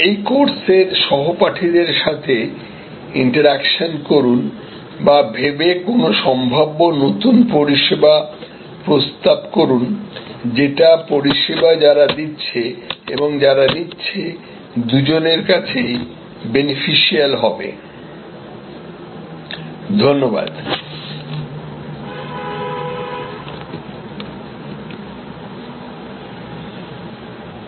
এই কোর্সের সহপাঠীদের সাথে ইন্টার অ্যাকশন করুন বা ভেবে কোনও সম্ভাব্য নতুন পরিষেবা প্রস্তাব করুন যেটা পরিষেবা যারা দিচ্ছে এবং যারা নিচ্ছে দুজনের কাছেই বেনেফিশিয়াল হবে